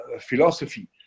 philosophy